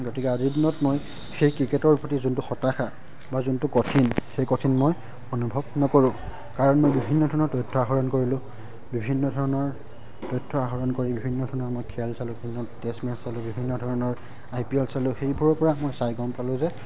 গতিকে আজিৰ দিনত মই সেই ক্ৰিকেটৰ প্ৰতি যোনটো হতাশা বা যোনটো কঠিন সেই কঠিন মই অনুভৱ নকৰোঁ কাৰণ মই বিভিন্ন ধৰণৰ তথ্য আহৰণ কৰিলোঁ বিভিন্ন ধৰণৰ তথ্য আহৰণ কৰিলোঁ বিভিন্ন ধৰণৰ মই খেল চালোঁ বিভিন্ন টেষ্ট মেচ চালোঁ বিভিন্ন ধৰণৰ আই পি এল চালোঁ সেইবোৰৰ পৰা মই চাই গম পালোঁ যে